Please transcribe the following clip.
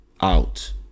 out